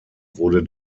wurde